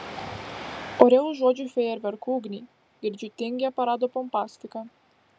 ore užuodžiu fejerverkų ugnį girdžiu tingią parado pompastiką